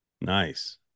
nice